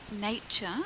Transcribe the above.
nature